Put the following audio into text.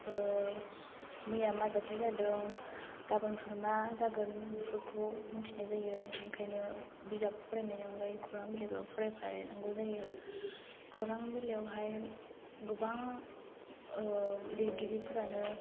मैया मा जाथाय जादों गाबोन फुं मा जागोन बेफोरखौ मिथिनाय जायो बिनिखायनो बिजाब फरायनायनि अनगायै खौरां बिलाइबो फरायफानांगौ जायो खौरां बिलाइयावहाय गोबां लिरगिरिफोरानो